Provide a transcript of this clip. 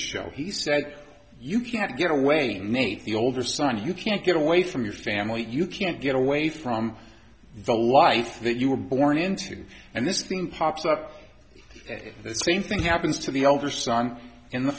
show he said you can't get away meet the older son you can't get away from your family you can't get away from the light that you were born into and this thing pops up the same thing happens to the elder son in the